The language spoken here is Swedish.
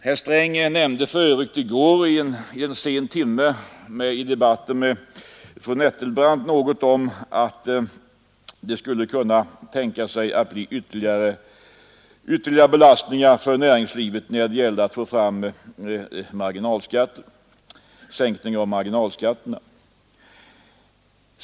Herr Sträng nämnde för övrigt i går vid en sen timme, i debatten med fru Nettelbrandt, att man skulle kunna tänka sig ytterligare belastningar för näringslivet för att få till stånd en sänkning av marginalskatterna.